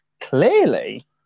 clearly